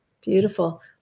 Beautiful